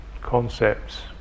concepts